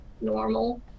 normal